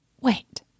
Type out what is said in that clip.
Wait